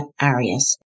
Arias